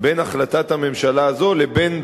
בין החלטת הממשלה הזאת לבין,